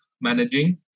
managing